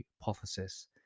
hypothesis